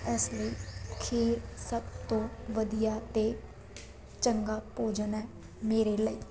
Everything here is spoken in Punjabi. ਇਸ ਲਈ ਖੀਰ ਸਭ ਤੋਂ ਵਧੀਆ ਅਤੇ ਚੰਗਾ ਭੋਜਨ ਹੈ ਮੇਰੇ ਲਈ